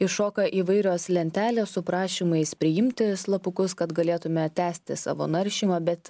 iššoka įvairios lentelės su prašymais priimti slapukus kad galėtume tęsti savo naršymą bet